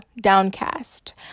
downcast